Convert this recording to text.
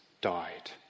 died